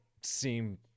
seem